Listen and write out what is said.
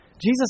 Jesus